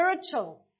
spiritual